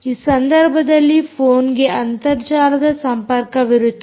ಈ ಸಂದರ್ಭದಲ್ಲಿ ಫೋನ್ಗೆ ಅಂತರ್ಜಾಲದ ಸಂಪರ್ಕವಿರುತ್ತದೆ